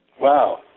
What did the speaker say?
Wow